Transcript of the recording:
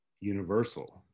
universal